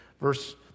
Verse